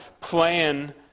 plan